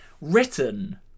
written